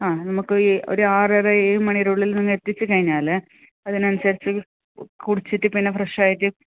ആ നമുക്ക് ഒരു ആറര ഏഴ് മണീടെ ഉള്ളിൽ നിങ്ങൾ എത്തിച്ച് കഴിഞ്ഞാൽ അതിനനുസരിച്ച് കുടിച്ചിട്ട് പിന്നെ ഫ്രഷായിട്ട്